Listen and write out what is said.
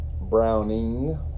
Browning